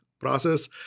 process